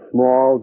Small